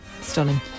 Stunning